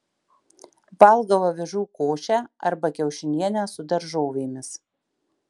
valgau avižų košę arba kiaušinienę su daržovėmis